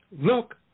look